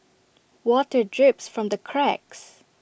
water drips from the cracks